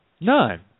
None